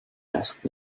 ask